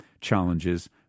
challenges